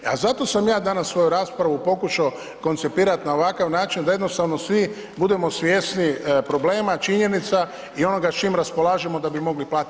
E a zato sam ja danas svoju raspravu pokušao koncipirat na ovakav način da jednostavno svi budemo svjesni problema, činjenica i onoga čim raspolažemo da bi mogli platit.